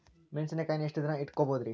ಮೆಣಸಿನಕಾಯಿನಾ ಎಷ್ಟ ದಿನ ಇಟ್ಕೋಬೊದ್ರೇ?